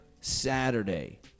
Saturday